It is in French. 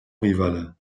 rivale